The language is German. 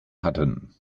hatten